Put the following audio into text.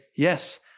Yes